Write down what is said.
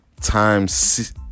times